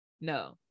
No